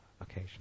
occasion